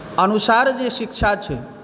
अनुसार जे शिक्षा छै